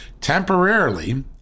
temporarily